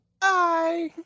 Bye